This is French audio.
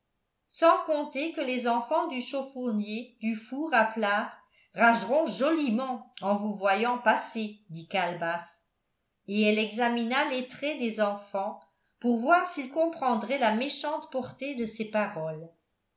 sans compter que les enfants du chaufournier du four à plâtre rageront joliment en vous voyant passer dit calebasse et elle examina les traits des enfants pour voir s'ils comprendraient la méchante portée de ces paroles